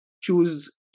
choose